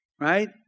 Right